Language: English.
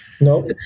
No